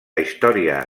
història